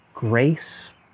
Grace